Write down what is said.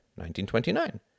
1929